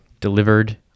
delivered